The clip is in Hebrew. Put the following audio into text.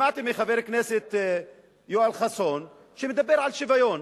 שמעתי את חבר הכנסת יואל חסון מדבר על שוויון.